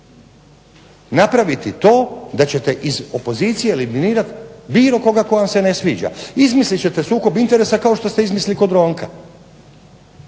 napraviti to da ćete iz opozicije eliminirat bilo koga tko vam se ne sviđa. Izmislit ćete sukob interesa kao što ste izmislili kod Ronka.